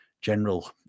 general